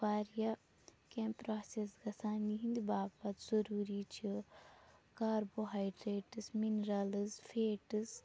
واریاہ کیٚنٛہہ پرٛاسیٚس گَژھان یِہنٛدِ باپَتھ ضُروٗری چھِ کاربوہایڈرٛیٹٕس مِنرَلٕز فیٹٕس